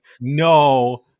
No